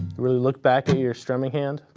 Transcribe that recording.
really look back at your strumming hand,